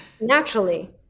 naturally